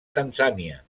tanzània